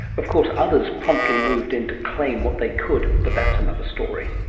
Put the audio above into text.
of course others promptly moved in to claim what they could, but that's another story.